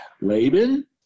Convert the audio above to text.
Laban